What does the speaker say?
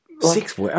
Six